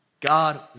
God